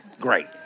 great